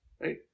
Right